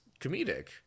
comedic